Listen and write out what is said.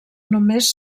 només